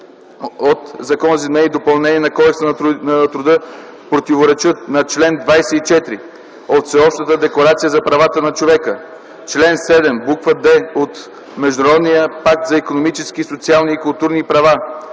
от Закона за изменение и допълнение на Кодекса на труда противоречат на чл. 24 от Всеобщата декларация за правата на човека, чл. 7, буква “d” от Международния пакт за икономически, социални и културни права,